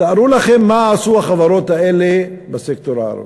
תארו לכם מה עשו החברות האלו בסקטור הערבי.